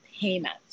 payment